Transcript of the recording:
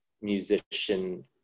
musician